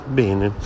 bene